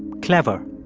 clever,